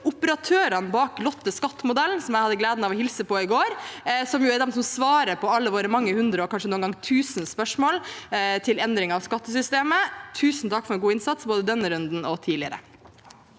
operatørene bak LOTTE-Skatt-modellen, som jeg hadde gleden av å hilse på i går, og som er de som svarer på alle våre mange hundre – og kanskje noen ganger tusen – spørsmål til endring av skattesystemet. Tusen takk for en god innsats, både i denne runden og tidligere!